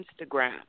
Instagram